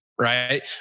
right